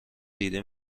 دیده